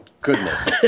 goodness